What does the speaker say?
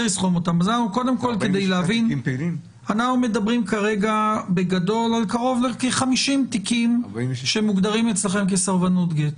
אנחנו מדברים כרגע בגדול על קרוב ל-50 תיקים שמוגדרים אצלכם כסרבנות גט.